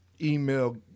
email